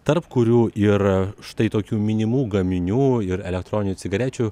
tarp kurių ir štai tokių minimų gaminių ir elektroninių cigarečių